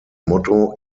motto